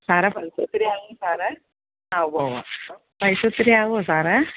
സാറെ പൈസ ഒത്തിരി ആകുമോ സാറെ ആ ഉവ്വ് ഉവ്വ് പൈസ ഒത്തിരി ആകുമോ സാറെ